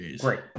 Great